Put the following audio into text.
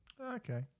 Okay